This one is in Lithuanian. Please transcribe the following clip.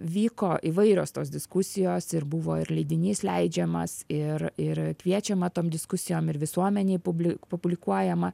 vyko įvairios tos diskusijos ir buvo ir leidinys leidžiamas ir ir kviečiama tom diskusijom ir visuomenei publi publikuojama